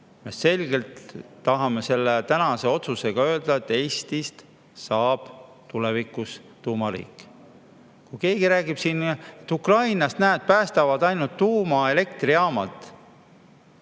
Me tahame selle tänase otsusega selgelt öelda, et Eestist saab tulevikus tuumariik. Keegi rääkis siin, et Ukrainas, näed, päästavad ainult tuumaelektrijaamad,